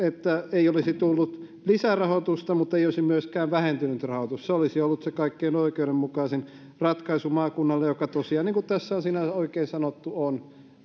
ei olisi tullut lisärahoitusta mutta ei olisi myöskään vähentynyt rahoitus se olisi ollut se kaikkein oikeudenmukaisin ratkaisu maakunnalle joka tosiaan niin kuin tässä on sinänsä oikein sanottu on